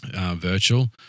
virtual